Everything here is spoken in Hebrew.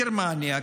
גרמניה,